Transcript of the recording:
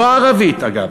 לא הערבית אגב,